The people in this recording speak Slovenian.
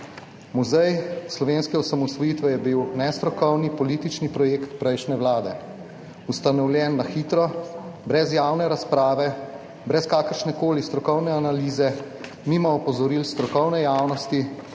Muzej slovenske osamosvojitve je bil nestrokovni politični projekt prejšnje vlade, ustanovljen na hitro, brez javne razprave, brez kakršnekoli strokovne analize, mimo opozoril strokovne javnosti,